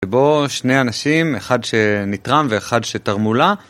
בו שני אנשים, אחד שנתרם ואחד שתרמו לה.